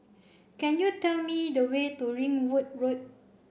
can you tell me the way to Ringwood Road